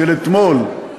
של אתמול,